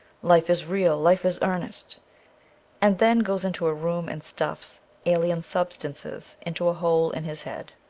life is real, life is earnest and then goes into a room and stuffs alien sub stances into a hole in his head.